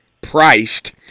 priced